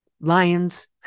lions